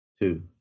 Two